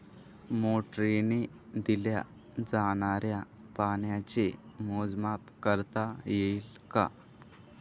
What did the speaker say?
मोटरीने दिल्या जाणाऱ्या पाण्याचे मोजमाप करता येईल का?